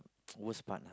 worst part lah